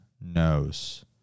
knows